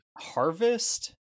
Harvest